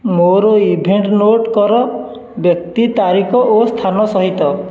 ମୋର event note କର ବ୍ୟକ୍ତି ତାରିଖ ଓ ସ୍ଥାନ ସହିତ